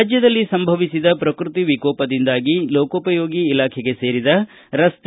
ರಾಜ್ವದಲ್ಲಿ ಸಂಭವಿಸಿದ ಶ್ರಕೃತಿ ವಿಕೋಪದಿಂದಾಗಿ ಲೋಕೋಪಯೋಗಿ ಇಲಾಖೆಗೆ ಸೇರಿದ ರಸ್ತೆ